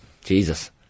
Jesus